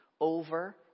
over